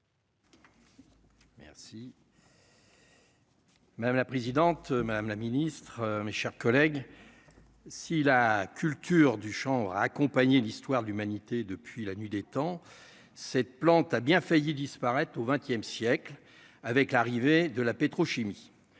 Merci. Madame la présidente, madame la ministre, mes chers collègues, si la culture du chanvre accompagné l'histoire de l'humanité depuis la nuit des temps, cette plante a bien failli disparaître au XXe siècle avec l'arrivée de la pétrochimie,